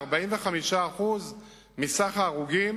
ל-45% מכלל ההרוגים,